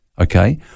Okay